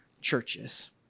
churches